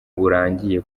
burangiye